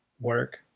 work